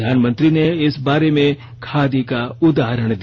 प्रधानमंत्री ने इसबारे में खादी का उदाहरण दिया